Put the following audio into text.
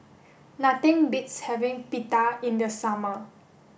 nothing beats having Pita in the summer